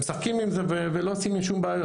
ומשחקים עם זה ולא עושים עם זה שום בעיות.